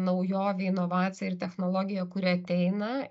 naujovė inovacija ir technologija kuri ateina